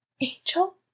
Angel